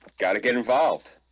got to get involved